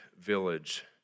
village